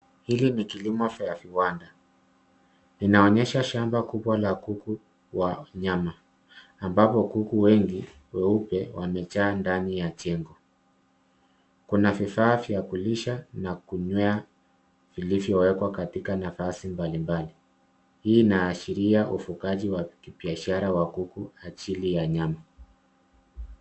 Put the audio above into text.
Hili ni kilimo vya viwanda, inaonyesha shamba kubwa la kuku wa nyama, ambapo kuku wengi weupe wamejaa ndani ya jengo. Kuna vifaa vya kulisha na kunywea vilivyowekwa katika nafasi mbalimbali. Hii inaashiria ufugaji wa biashara wa kuku ajili ya nyama.